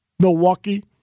Milwaukee